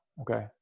okay